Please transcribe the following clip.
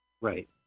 Right